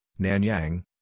Nanyang